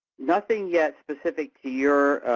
nothing yet specific to your